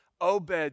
Obed